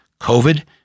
COVID